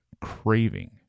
craving